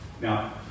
Now